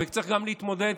וצריך גם להתמודד,